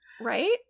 Right